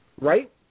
Right